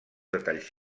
detalls